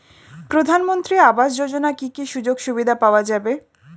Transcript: প্রধানমন্ত্রী আবাস যোজনা কি কি সুযোগ সুবিধা পাওয়া যাবে?